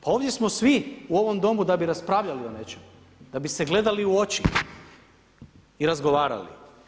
Pa ovdje smo svi u ovom Domu da bi raspravljali o nečem, da bi se gledali u oči i razgovarali.